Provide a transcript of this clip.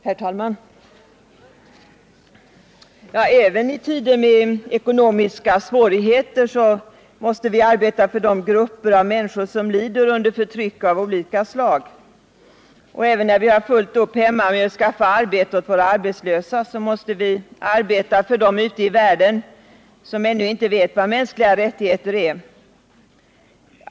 Herr talman! Även i tider med ekonomiska svårigheter måste vi arbeta för de grupper av människor som lider under förtryck av olika slag. Även när vi har fullt upp hemma med att skaffa arbete åt våra arbetslösa måste vi arbeta för dem ute i världen som ännu inte vet vad mänskliga rättigheter är.